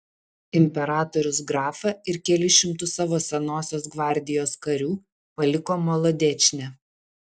imperatorius grafą ir kelis šimtus savo senosios gvardijos karių paliko molodečne